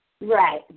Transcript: Right